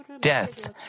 death